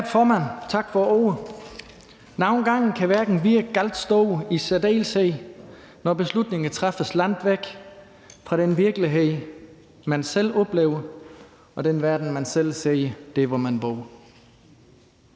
Æret formand. Tak for æ ord. Nogle gange kan verden virke galt stor. Det gælder i særdeleshed, når æ beslutninger træffes langt væk fra den virkelighed, man selv oplever, og langt væk fra den verden, man selv ser der, hvor man bor.